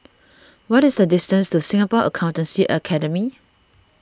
what is the distance to Singapore Accountancy Academy